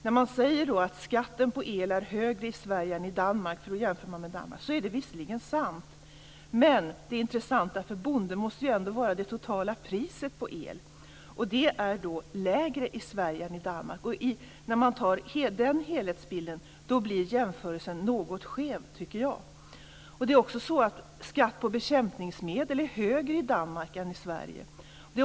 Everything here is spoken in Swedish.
När man säger att skatten på el är högre i Sverige än i Danmark, eftersom man jämför med Danmark, är det visserligen sant. Men det intressanta för bonden måste ändå vara det totala priset på el, och det är lägre i Sverige än i Danmark. När man tar den helhetsbilden blir jämförelsen något skev. Skatt på bekämpningsmedel är högre i Danmark än i Sverige.